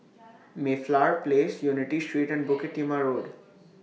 Mayflower Place Unity Street and Bukit Timah Road